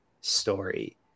story